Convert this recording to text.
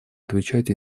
отвечать